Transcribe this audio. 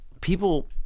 People